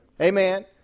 Amen